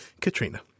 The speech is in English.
Katrina